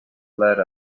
let